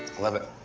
love it.